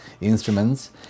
instruments